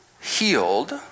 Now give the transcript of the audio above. healed